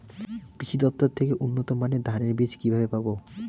কৃষি দফতর থেকে উন্নত মানের ধানের বীজ কিভাবে পাব?